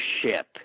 ship